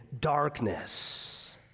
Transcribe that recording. darkness